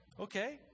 Okay